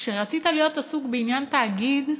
כשרצית להיות עסוק בעניין התאגיד,